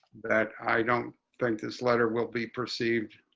that i don't think this letter will be perceived